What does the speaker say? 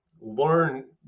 learn